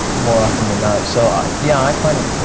more often than not. so i. yeah, i find it.